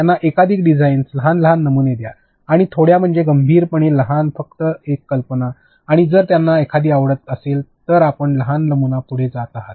त्यांना एकाधिक डिझाईन्स लहान लहान नमुने द्या आणि छोट्या म्हणजे गंभीरपणे लहान फक्त एक कल्पना आणि जर त्यांना एखादी आवडत असेल तर आपण लहान नमुना पुढे जात आहात